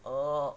oh